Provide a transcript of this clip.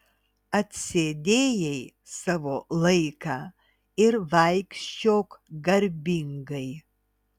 atsėdėjai savo laiką ir vaikščiok garbingai